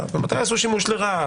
בסמכויות האלה ומתי יעשו שימוש לרעה.